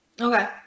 Okay